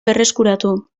berreskuratu